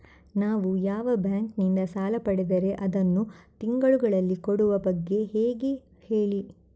ನಾವು ಬ್ಯಾಂಕ್ ನಿಂದ ಸಾಲ ಪಡೆದರೆ ಅದನ್ನು ತಿಂಗಳುಗಳಲ್ಲಿ ಕೊಡುವ ಬಗ್ಗೆ ಹೇಗೆ ಹೇಳಿ